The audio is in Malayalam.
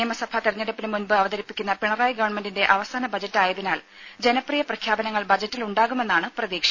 നിയമസഭാ തിരഞ്ഞെടുപ്പിന് മുമ്പ് അവതരിപ്പിക്കുന്ന പിണറായി ഗവൺമെന്റിന്റെ അവസാന ബജറ്റായതിനാൽ ജനപ്രിയ പ്രഖ്യാപനങ്ങൾ ബജറ്റിലുണ്ടാകുമെന്നാണ് പ്രതീക്ഷ